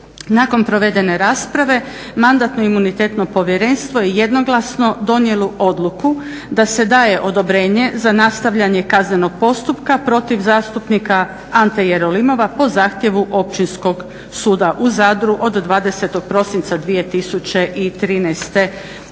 Nakon provedene rasprave Mandatno-imunitetno povjerenstvo je jednoglasno donijelo odluku da se daje odobrenje za nastavljanje kaznenog postupka protiv zastupnika Ante Jerolimova po zahtjevu Općinskog suda u Zadru od 20. prosinca 2013. godine.